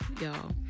y'all